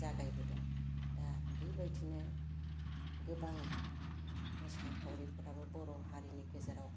जागायबोदों दा बेबायदिनो गोबां मोसाखावरिफोराबो बर' हारिनि गेजेराव